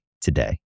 today